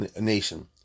nation